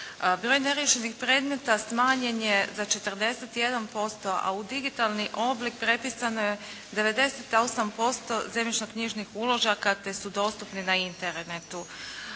Broj neriješenih predmeta smanjen je za 41%. A u digitalni oblik prepisano je 98% zemljišno-knjižnih uložaka te su dostupni na Internetu.